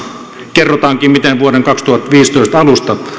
kerrotaankin miten vuoden kaksituhattaviisitoista alusta